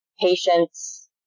Patience